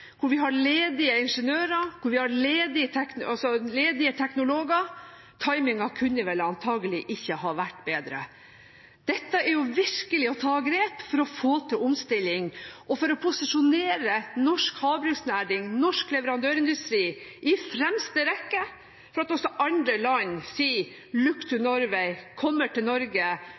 hvor vi har ledige ingeniører, hvor vi har ledige teknologer – timingen kunne vel antagelig ikke ha vært bedre. Dette er virkelig å ta grep for å få til omstilling og for å posisjonere norsk havbruksnæring og norsk leverandørindustri i fremste rekke, slik at også andre land sier